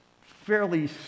fairly